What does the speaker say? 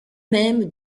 même